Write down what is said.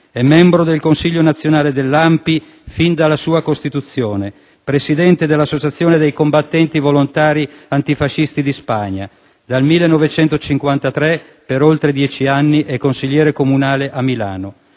è membro del Consiglio nazionale dell'ANPI fin dalla sua costituzione, presidente dell'Associazione dei combattenti volontari antifascisti di Spagna; dal 1953, per oltre dieci anni, è consigliere comunale a Milano.